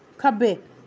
खब्बे